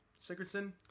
Sigurdsson